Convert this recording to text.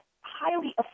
highly